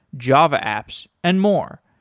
java apps and more.